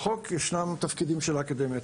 בחוק יש את התפקידים של האקדמיה.